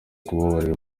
kubabarira